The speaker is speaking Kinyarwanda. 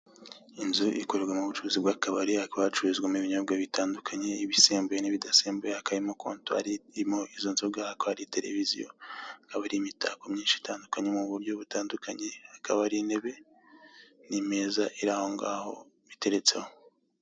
Inzu ikorerwamo ubucuruzi bw'akabari hakaba hacururizwamo ibinyobwa bitandukanye ibisembuye n'ibidasembuye, hakaba harimo kontwari irimo izo nzoga hakaba hari televiziyo hakaba hari imitako myinshi itandukanye mu buryo butandukanye hakaba hari intebe, n'imeza iri aho ngaho iteretseho.